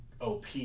OP